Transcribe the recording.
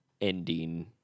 ending